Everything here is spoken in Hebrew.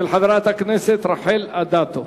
של חברת הכנסת רחל אדטו.